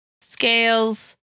scales